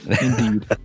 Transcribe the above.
indeed